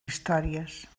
històries